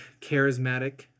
charismatic